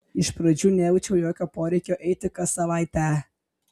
iš pradžių nejaučiau jokio poreikio eiti kas savaitę